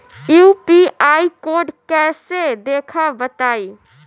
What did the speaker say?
UPI code कैसे देखब बताई?